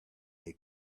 they